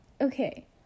Okay